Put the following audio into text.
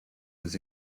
was